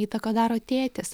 įtaką daro tėtis